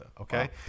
okay